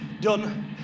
Done